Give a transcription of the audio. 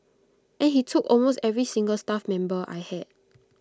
and he took almost every single staff member I had